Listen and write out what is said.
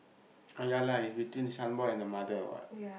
ah ya lah it's between Shaan boy and the mother what